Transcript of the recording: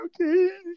okay